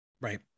Right